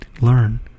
learn